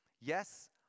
Yes